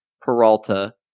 Peralta